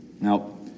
Now